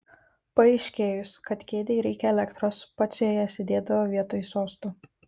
paaiškėjus kad kėdei reikia elektros pats joje sėdėdavo vietoj sosto